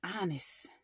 honest